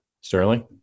Sterling